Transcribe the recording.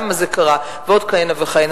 למה זה קרה ועוד כהנה וכהנה,